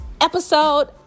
episode